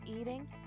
eating